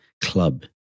club